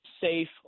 safe